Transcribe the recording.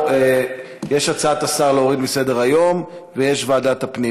יש הצעת השר להוריד מסדר-היום, ויש ועדת הפנים.